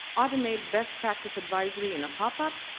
automated best practice advisory in a popup,